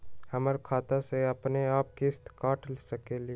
हमर खाता से अपनेआप किस्त काट सकेली?